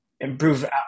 improve